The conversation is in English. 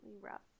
rough